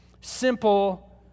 simple